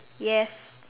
yes